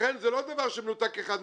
לכן זה לא דבר שמנותק אחד מהשני.